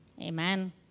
Amen